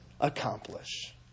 accomplish